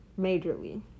majorly